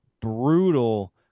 brutal